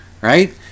Right